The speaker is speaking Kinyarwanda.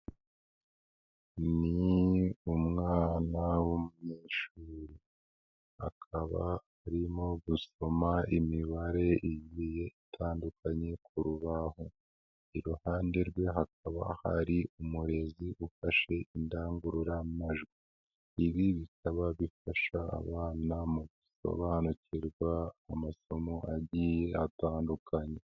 Ni umwana w'umunyeshuri, akaba arimo gusoma imibare igiye itandukanye ku rubaho. Iruhande rwe hakaba hari umurezi ufashe indangururamajwi. Ibi bikaba bifasha abana mu gusobanukirwa amasomo agiye atandukanye.